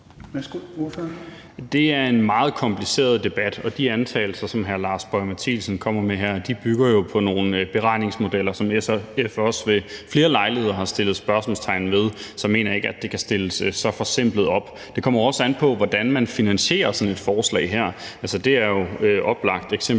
Det er en meget kompliceret debat, og de antagelser, som hr. Lars Boje Mathiesen kommer med her, bygger jo på nogle beregningsmodeller, som SF også ved flere lejligheder har sat spørgsmålstegn ved. Så jeg mener ikke, at det kan stilles så forsimplet op. Det kommer jo også an på, hvordan man finansierer sådan et forslag her. Altså, det er jo oplagt eksempelvis